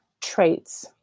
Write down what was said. traits